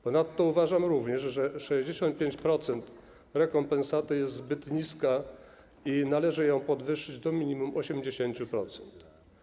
Ponadto również uważam, że 65-procentowa rekompensata jest zbyt niska i należy ją podwyższyć do minimum 80%.